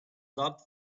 not